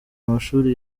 amashuri